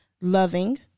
loving